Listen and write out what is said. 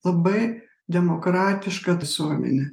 labai demokratišką visuomenę